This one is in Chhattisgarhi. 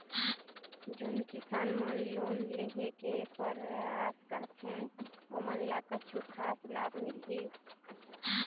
जोन किसान मन लोन लेहे के परयास करथें ओमन ला कछु खास लाभ मिलही?